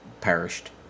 perished